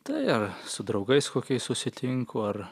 tai ar su draugais kokiais susitinku ar